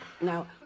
Now